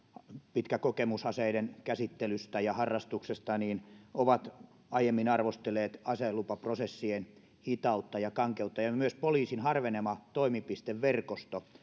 pitkä kokemus aseiden käsittelystä ja harrastuksesta ovat aiemmin arvostelleet aselupaprosessien hitautta ja kankeutta myös poliisin harveneva toimipisteverkosto